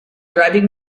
driving